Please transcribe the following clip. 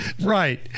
Right